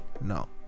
No